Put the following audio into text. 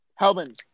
Helvin